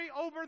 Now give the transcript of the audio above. over